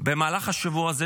במהלך השבוע הזה,